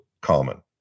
common